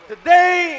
Today